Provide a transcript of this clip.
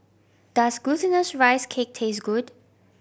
does Glutinous Rice Cake taste good